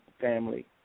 family